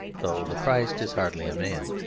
though the christ is hardly a man.